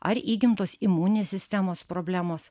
ar įgimtos imuninės sistemos problemos